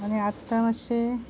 आनी आतां मातशें